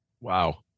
Wow